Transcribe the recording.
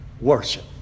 worship